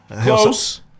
Close